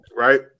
Right